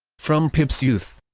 from pip's youth